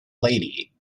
lady